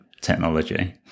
technology